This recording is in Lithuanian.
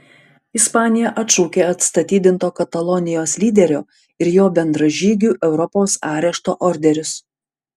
ispanija atšaukė atstatydinto katalonijos lyderio ir jo bendražygių europos arešto orderius